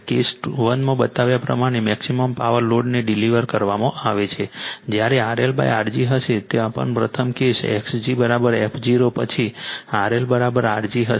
case 1 માં બતાવ્યા પ્રમાણે મેક્સિમમ પાવર લોડને ડિલિવર કરવામાં આવે છે જ્યારે RL Rg હશે ત્યાં પણ પ્રથમ કેસ X gf0 પછી RL Rg હશે